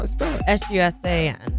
S-U-S-A-N